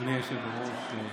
אדוני היושב-ראש,